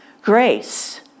grace